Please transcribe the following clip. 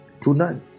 Tonight